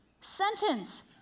sentence